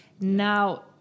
now